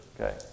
okay